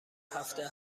هفته